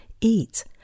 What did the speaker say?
eat